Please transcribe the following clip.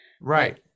Right